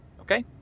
okay